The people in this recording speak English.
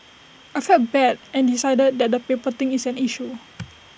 I felt bad and decided that the paper thing is an issue